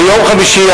ביום חמישי,